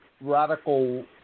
radical